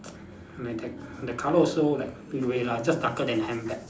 like dark the colour also like grey lah just darker than handbag